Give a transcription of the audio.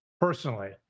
personally